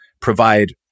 provide